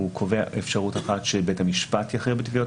הוא קובע אפשרות אחת שבית המשפט יכריע בתביעות